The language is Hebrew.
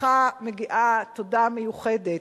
לך מגיעה תודה מיוחדת.